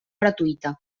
gratuïta